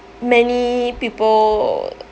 many people